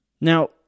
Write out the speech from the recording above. Now